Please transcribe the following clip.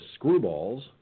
screwballs